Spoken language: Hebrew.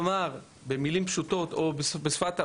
כלומר, במילים פשוטות, או בשפה המשפטית,